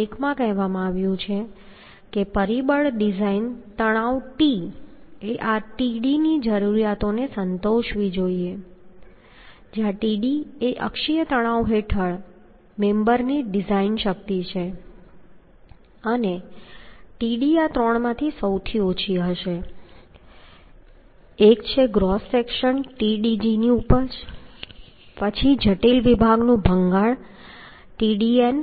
1 માં કહેવામાં આવ્યું છે કે પરિબળ ડિઝાઇન તણાવ T એ આ Td ની જરૂરિયાતને સંતોષવી જોઈએ જ્યાં Td એ અક્ષીય તણાવ હેઠળના મેમ્બરની ડિઝાઇન શક્તિ છે અને Td આ ત્રણમાંથી સૌથી ઓછી હશે એક છે ગ્રોસ સેક્શન Tdg ની ઉપજ પછી જટિલ વિભાગનું ભંગાણ Tdn